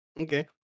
Okay